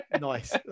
Nice